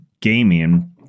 gaming